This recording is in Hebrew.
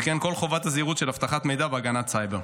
וכן כל חובת הזהירות של אבטחת מידע והגנת הסייבר.